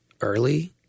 early